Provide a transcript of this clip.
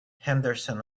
henderson